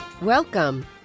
Welcome